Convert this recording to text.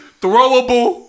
throwable